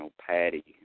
Patty